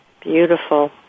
Beautiful